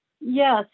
Yes